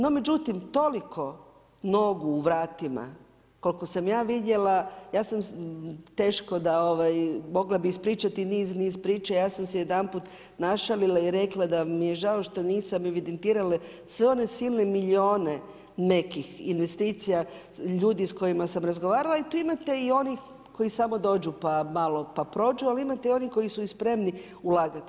No međutim, toliko nogu u vratima koliko sam ja vidjela, ja sam teško da, mogla bih ispričati niz priča, ja sam se jedanput našalila i rekla da mi je žao što nisam evidentirala sve one silne milione nekih investicija ljudi s kojima sam razgovarala i tu imate i onih koji samo dođu pa prođu, ali imate i onih koji su i spremni ulagati.